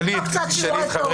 עוד קצת שיעורי תורה.